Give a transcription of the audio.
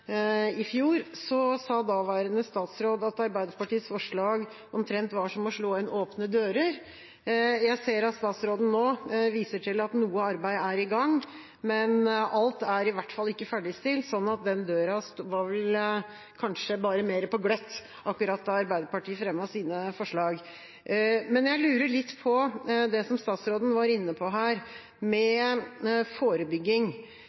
fjor, sa daværende statsråd at Arbeiderpartiets forslag omtrent var som å slå inn åpne dører. Jeg ser at statsråden nå viser til at noe arbeid er i gang, men alt er i hvert fall ikke ferdigstilt, så den døra var vel kanskje bare på gløtt akkurat da Arbeiderpartiet fremmet sine forslag. Jeg lurer litt på det som statsråden var inne på her, om forebygging,